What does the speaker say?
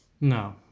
No